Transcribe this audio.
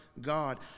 God